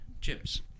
Chips